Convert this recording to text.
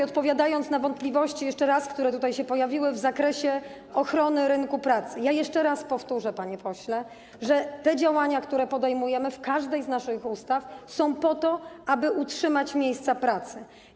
Odpowiadając, rozjaśniając jeszcze raz wątpliwości, które tutaj się pojawiły, w zakresie ochrony rynku pracy, jeszcze powtórzę, panie pośle, że te działania, które podejmujemy w każdej z naszych ustaw, są po to, aby utrzymać miejsca pracy.